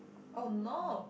oh no